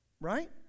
Right